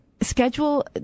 schedule